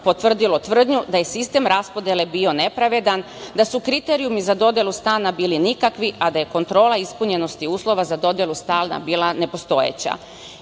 potvrdilo tvrdnju da je sistem raspodele bio nepravedan, da su kriterijumi za dodelu stana bili nikakvi, a da je kontrola ispunjenosti uslova za dodelu stana bila nepostojeća. Imajući